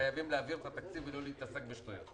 וחייבים להעביר את התקציב ולא להתעסק בשטויות.